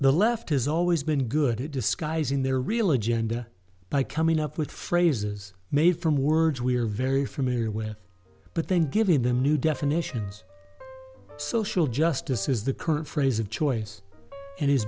the left has always been good it disguised in their real agenda by coming up with phrases made from words we are very familiar with but then given them new definitions social justice is the current phrase of choice and